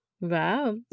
Wow